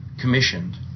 commissioned